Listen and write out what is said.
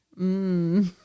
Mmm